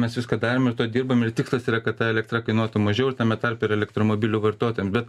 mes viską darėm ir tuo dirbame ir tikslas yra kad ta elektra kainuotų mažiau ir tame tarpe ir elektromobilių vartotojam bet